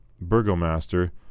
Burgomaster